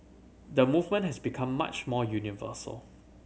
the movement has become much more universal